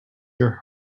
your